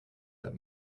that